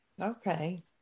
Okay